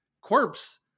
corpse